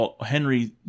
Henry